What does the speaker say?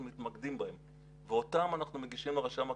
מתקדמים ואותם אנחנו מגישים לרשם הקבלנים.